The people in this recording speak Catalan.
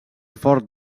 fort